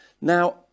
Now